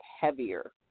heavier